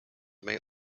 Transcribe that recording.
may